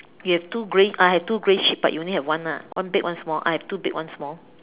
you have two grey I have two grey sheep but you only have one ah one big one small I have two big one small